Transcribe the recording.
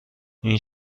این